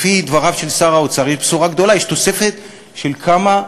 לפי דבריו של שר האוצר יש בשורה גדולה: יש תוספת של כמה מיליארדים,